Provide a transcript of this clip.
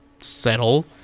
Settle